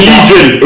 Legion